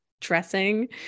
dressing